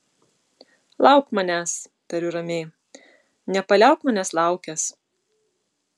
lauk manęs tariu ramiai nepaliauk manęs laukęs